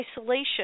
isolation